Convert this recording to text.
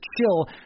chill